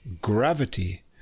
Gravity